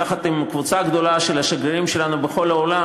יחד עם קבוצה גדולה של השגרירים שלנו בכל העולם,